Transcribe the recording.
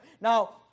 now